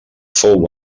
fou